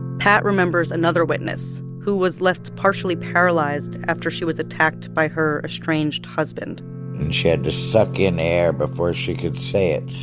pat remembers another witness who was left partially paralyzed after she was attacked by her estranged husband and she had to suck in air before she could say it.